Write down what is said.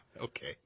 Okay